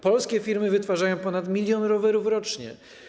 Polskie firmy wytwarzają ponad milion rowerów rocznie.